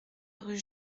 rue